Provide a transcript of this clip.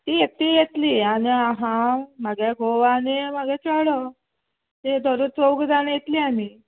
ती एकटी येतली आनी हांव म्हागे घोव आनी म्हागे चेडो ते धरूच चौग जाण येतली आमी